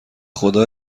خدا